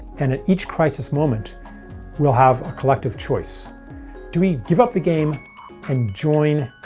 and at each crisis moment we'll have a collective choice do we give up the game and join